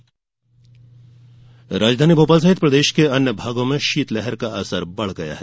मौसम राजधानी भोपाल सहित प्रदेश के अन्य भागों में शीतलहर का असर बढ़ गया है